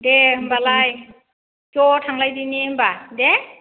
दे होमबालाय ज' थांलायदिनि होमबा दे